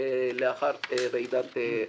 לאחר רעידת האדמה.